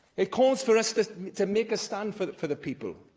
it calls for us to make a stand for for the people,